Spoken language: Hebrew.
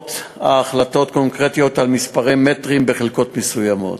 לרבות החלטות קונקרטיות על מספרי מטרים בחלקות מסוימות.